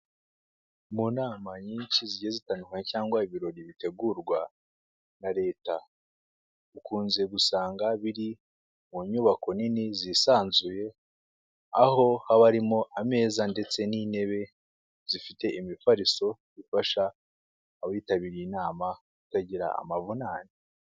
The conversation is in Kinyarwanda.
Mu nama nyinshi zigiye zitandukanye cyangwa ibirori bitegurwa na leta ukunze gusanga biri mu nyubako nini zisanzuye, aho haba haririmo ameza ndetse n'intebe zifite imifariso, zifasha abitabiriye inama kutagira amavunane.